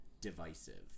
divisive